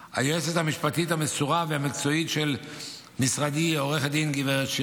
היועצת המשפטית המסורה והמקצועית של משרדי עו"ד גב' שירן